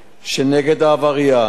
שנגד העבריין,